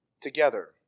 together